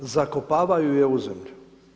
Zakopavaju je u zemlju.